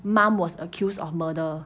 mum was accused of murder